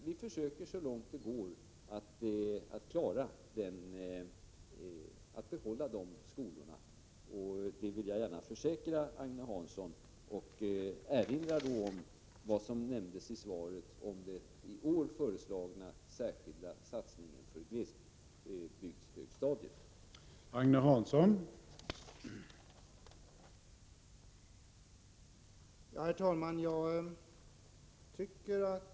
Vi försöker så långt det går att behålla de skolorna — det vill jag gärna försäkra Agne Hansson. Jag erinrar då om vad som nämndes i svaret om den i år föreslagna särskilda satsningen för högstadieskolorna i glesbygden.